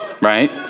Right